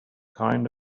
kind